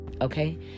Okay